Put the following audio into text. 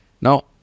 Now